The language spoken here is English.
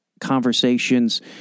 conversations